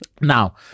now